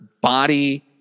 body